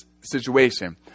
situation